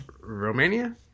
Romania